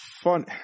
fun